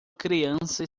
criança